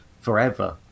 forever